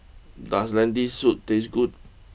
does Lentil Soup taste good